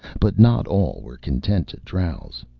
but not all were content to drowse.